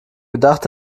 gedacht